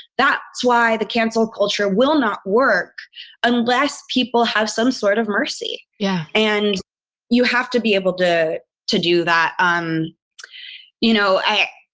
that's why the cancel culture will not work unless people have some sort of mercy yeah and you have to be able to to do that. um you know, i